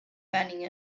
banning